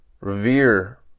revere